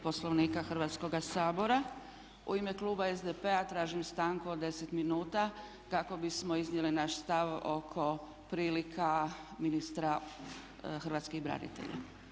Poslovnika Hrvatskoga sabora u ime kluba SDP-a tražim stanku od 10 minuta kako bismo iznijeli naš stav oko prilika ministra hrvatskih branitelja.